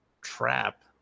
trap